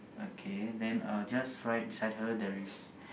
okay then uh just right beside her there is